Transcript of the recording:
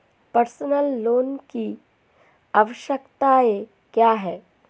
Personal loan की आवश्यकताएं क्या हैं?